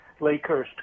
Lakehurst